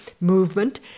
movement